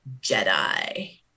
JEDI